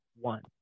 one